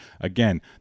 again